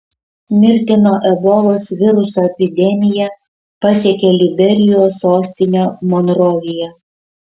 mirtino ebolos viruso epidemija pasiekė liberijos sostinę monroviją